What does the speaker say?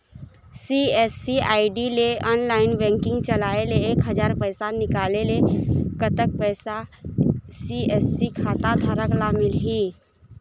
CSC ID ले online banking चलाए ले एक हजार पैसा निकाले ले कतक पैसा सी.एस.सी खाता धारक ला मिलही?